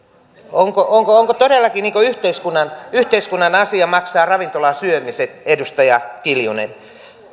onko onko todellakin yhteiskunnan yhteiskunnan asia maksaa ravintolasyömiset edustaja kiljunen